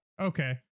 Okay